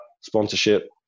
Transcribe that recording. sponsorship